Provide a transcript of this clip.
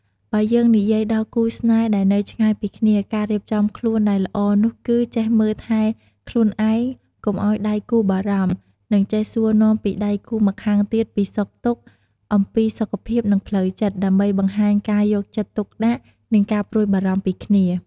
បើយើងនិយាយដល់គូរស្នេហ៍ដែលនៅឆ្ងាយពីគ្នា ការរៀបចំខ្លួនដែលល្អនោះគឺចេះមើលថែខ្លួនឯងកុំឱ្យដៃគូរបារម្ភ និងចេះសួរនាំពីដៃគូរម្ខាងទៀតពីសុខទុក្ខ អំពីសុខភាពនិងផ្លូវចិត្ត ដើម្បីបង្ហាញពីការយកទុកដាក់និងការព្រួយបារម្ភពីគ្នា។